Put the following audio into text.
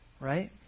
right